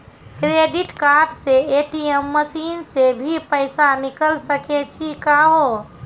Credit card से ATM machine से भी पैसा निकल सकै छि का हो?